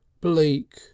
bleak